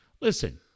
listen